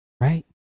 Right